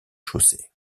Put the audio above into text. chaussée